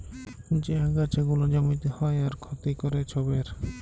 যে আগাছা গুলা জমিতে হ্যয় আর ক্ষতি ক্যরে ছবের